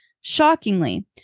Shockingly